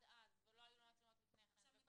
נכון?